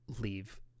leave